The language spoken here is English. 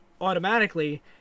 automatically